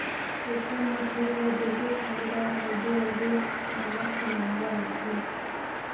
tractor म खेत ला जोते फांदे बर अलगे अलगे नास के नांगर आथे